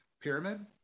pyramid